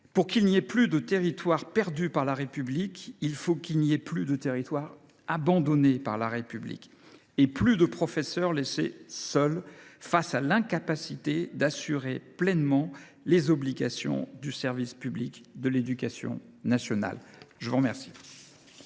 Pour qu’il n’y ait plus de territoires perdus par la République, il faut qu’il n’y ait plus de territoires abandonnés par la République. Il faut qu’il n’y ait plus de professeurs laissés seuls face à l’incapacité d’assurer pleinement les obligations du service public de l’éducation nationale. La parole